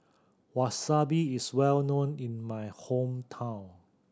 wasabi is well known in my hometown